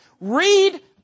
Read